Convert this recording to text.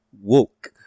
woke